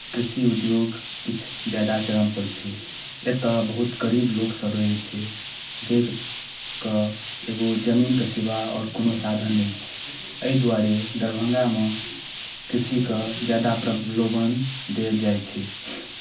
कृषि उद्योग किछु ज्यादा चरमपर छै एतय बहुत गरीब लोकसभ रहै छै जाहिके एगो जमीनके सिवा आओर कोनो साधन नहि छै एहि दुआरे दरभंगामे कृषिकेँ ज्यादा प्रभलोभन देल जाइ छै